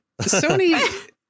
Sony